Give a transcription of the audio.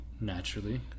naturally